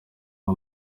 nka